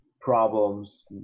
problems